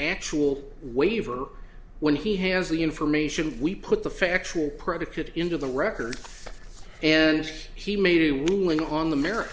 actual waiver when he has the information we put the factual predicate into the record and he made a ruling on the m